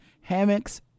hammocks